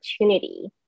opportunity